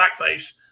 Blackface